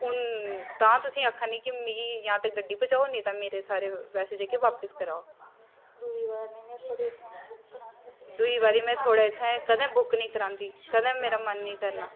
हून तां तुसी आखा नी कि मिगी जां ते गड्डी भजाओ नेईं तां मेरे सारे पैसे जेह्के बापस कराओ दूई बारी थुआढ़े इत्थें कदें बुक नी करांदी कदें मेरा मन नी करना